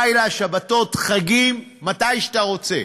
לילה, שבתות וחגים, מתי שאתה רוצה,